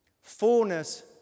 Fullness